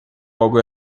algo